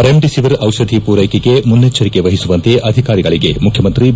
remdesivir ಔಷಧಿ ಪೂರೈಕೆಗೆ ಮುನ್ನಚ್ಚರಿಕೆ ವಹಿಸುವಂತೆ ಅಧಿಕಾರಿಗಳಿಗೆ ಮುಖ್ಯಮಂತ್ರಿ ಬಿ